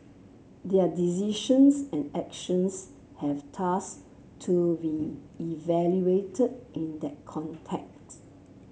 their decisions and actions have thus to be evaluated in that context